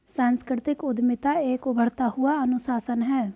सांस्कृतिक उद्यमिता एक उभरता हुआ अनुशासन है